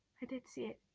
i did see it!